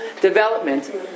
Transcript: development